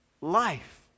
life